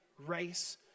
race